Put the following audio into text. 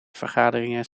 vergaderingen